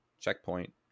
checkpoint